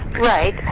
Right